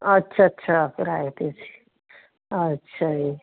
ਅੱਛਾ ਅੱਛਾ ਕਿਰਾਏ 'ਤੇ ਸੀ ਅੱਛਾ ਜੀ